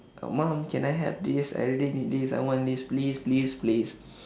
mum can I have this I really need this I want this please please please